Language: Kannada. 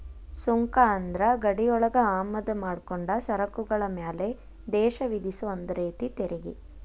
ಸುಂಕ ಅಂದ್ರ ಗಡಿಯೊಳಗ ಆಮದ ಮಾಡ್ಕೊಂಡ ಸರಕುಗಳ ಮ್ಯಾಲೆ ದೇಶ ವಿಧಿಸೊ ಒಂದ ರೇತಿ ತೆರಿಗಿ